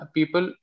People